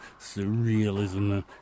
surrealism